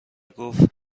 گفت